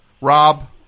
Rob